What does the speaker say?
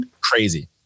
Crazy